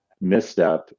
misstep